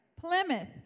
Plymouth